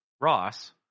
Ross